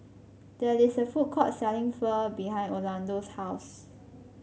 there is a food court selling Pho behind Orlando's house